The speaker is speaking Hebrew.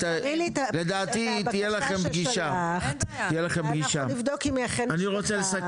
תראי לי את הבקשה ששלחת ואנחנו נבדוק אם היא אכן נשלחה,